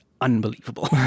unbelievable